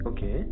Okay